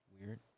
Weird